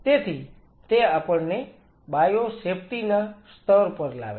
તેથી તે આપણને બાયોસેફ્ટી ના સ્તર પર લાવે છે